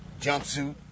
Jumpsuit